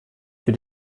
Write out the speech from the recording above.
für